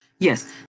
Yes